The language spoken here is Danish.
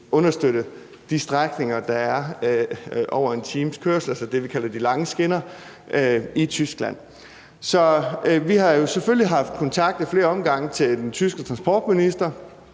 understøtte de strækninger i Tyskland, der er på over 1 times kørsel, altså det, vi kalder de lange skinner. Så vi har jo selvfølgelig haft kontakt ad flere omgange til den tyske transportminister